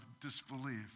disbelief